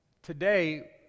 Today